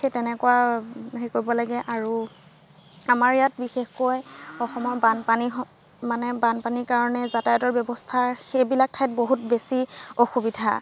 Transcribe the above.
সেই তেনেকুৱা সেই কৰিব লাগে আৰু আমাৰ ইয়াত বিশেষকৈ অসমত বানপানী হয় মানে বানপানীৰ কাৰণে যাতায়াতৰ ব্যৱস্থাৰ সেইবিলাক ঠাইত বহুত বেছি অসুবিধা